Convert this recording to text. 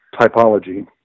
typology